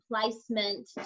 placement